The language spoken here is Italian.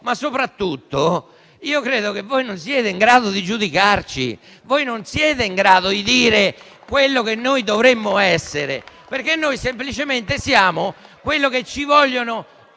ma soprattutto credo che voi non siete in grado di giudicarci. Voi non siete in grado di dire quello che noi dovremmo essere, perché noi semplicemente siamo quello che ci vogliono